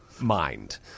mind